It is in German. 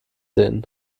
denen